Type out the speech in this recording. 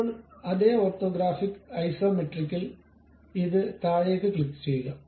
ഇപ്പോൾ അതേ ഓർത്തോഗ്രാഫിക് ഐസോമെട്രിക്കിൽ ഇത് താഴേക്ക് ക്ലിക്കുചെയ്യുക